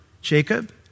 Jacob